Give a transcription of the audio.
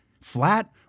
flat